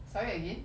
sorry again